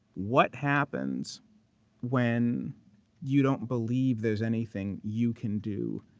what happens when you don't believe there's anything you can do,